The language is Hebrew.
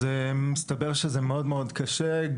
מסתבר שזה מאוד מאוד קשה.